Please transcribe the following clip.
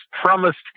promised